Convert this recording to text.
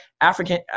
African